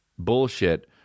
bullshit